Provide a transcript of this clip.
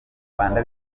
rwanda